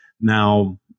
Now